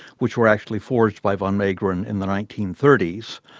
which were actually forged by van meegeren in the nineteen thirty s.